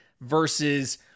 versus